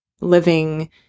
living